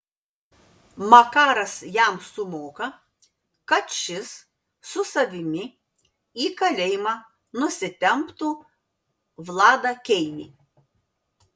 makaras jam sumoka kad šis su savimi į kalėjimą nusitemptų vladą keinį